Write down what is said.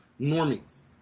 normies